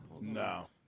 No